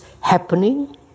happening